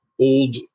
old